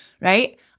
Right